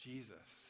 Jesus